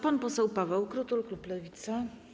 Pan poseł Paweł Krutul, klub Lewica.